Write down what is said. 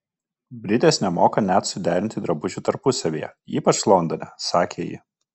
britės nemoka net suderinti drabužių tarpusavyje ypač londone sakė ji